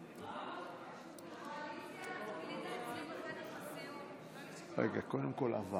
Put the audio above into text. לפיכך, סעיף 2, כנוסח הוועדה, עבר